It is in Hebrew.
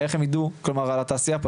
כלומר על התעשייה פה?